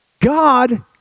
God